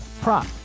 prop